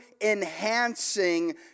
enhancing